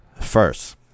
First